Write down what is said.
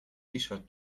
shirt